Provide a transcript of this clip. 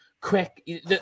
quick